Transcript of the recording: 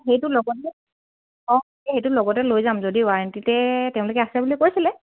সেইটো লগতে অঁ সেইটো লগতে লৈ যাম যদি ৱাৰেণ্টিতে তেওঁলোকে আছে বুলি কৈছিলে